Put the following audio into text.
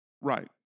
right